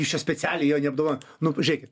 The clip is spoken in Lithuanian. jūs čia specialiai jo neapdovanojot nu žiūrėkit